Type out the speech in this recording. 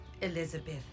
Elizabeth